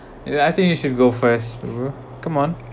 you know I think you should go first go come on